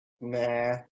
Nah